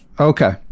Okay